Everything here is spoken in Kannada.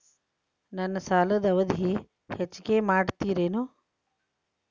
ನನ್ನ ಸಾಲದ ಅವಧಿ ಹೆಚ್ಚಿಗೆ ಮಾಡ್ತಿರೇನು?